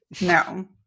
no